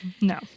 no